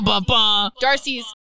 Darcy's